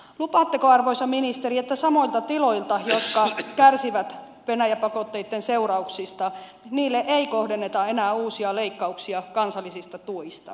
lupaatteko arvoisa ministeri että samoille tiloille jotka kärsivät venäjä pakotteitten seurauksista ei kohdenneta enää uusia leikkauksia kansallisista tuista